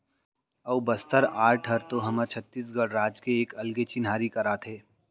अऊ बस्तर आर्ट ह तो हमर छत्तीसगढ़ राज के एक अलगे चिन्हारी कराथे